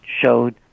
showed